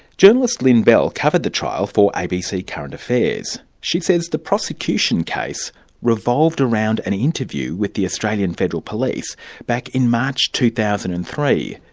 journalist lyn bell covered the trial for abc current affairs. she says the prosecution case revolved around an interview with the australian federal police back in march two thousand and three,